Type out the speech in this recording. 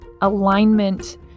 alignment